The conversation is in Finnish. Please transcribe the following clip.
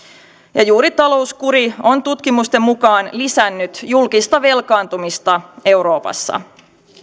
ja juuri talouskuri on tutkimusten mukaan lisännyt julkista velkaantumista euroopassa